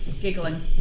giggling